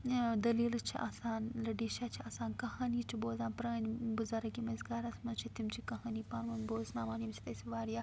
ٲں دٔلیٖلہٕ چھِ آسان لٔڈی شاہ چھُ آسان کَہانی چھِ بوزان پرٛٲنۍ بُزَرگ یِم اسہِ گَھرَس مَنٛز چھِ تِم چھِ کَہانی پَانہٕ بوزٕناوان ییٚمہِ سۭتۍ أسۍ واریاہ